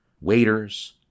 Waiters